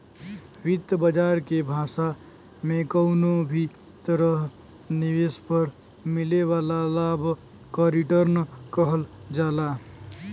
वित्त बाजार के भाषा में कउनो भी तरह निवेश पर मिले वाला लाभ क रीटर्न कहल जाला